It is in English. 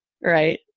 right